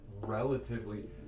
relatively